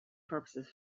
purposes